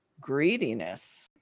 greediness